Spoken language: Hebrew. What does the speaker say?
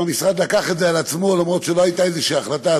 המשרד לקח את זה על עצמו למרות שלא הייתה החלטה.